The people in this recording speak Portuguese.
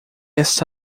esta